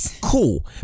cool